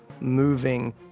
moving